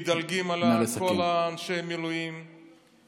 מדלגים על כל אנשי המילואים, נא לסכם.